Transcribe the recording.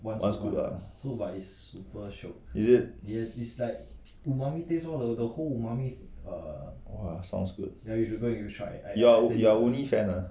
one scoop ah is it !whoa! sounds good you are woomi fan ah